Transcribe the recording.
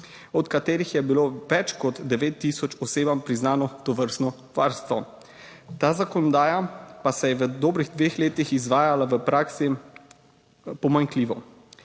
od katerih je bilo več kot 9 tisoč osebam priznano tovrstno varstvo. Ta zakonodaja pa se je v dobrih dveh letih izvajala v praksi. Pomanjkljivo.